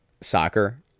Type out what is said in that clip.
soccer